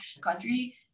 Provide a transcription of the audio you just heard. country